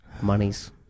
monies